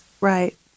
right